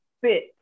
fit